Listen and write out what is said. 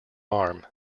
arm